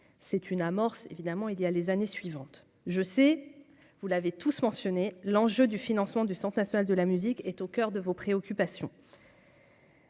c'est une amorce évidemment il y a les années suivantes, je sais, vous l'avez tous mentionnés, l'enjeu du financement du Centre national de la musique est au coeur de vos préoccupations.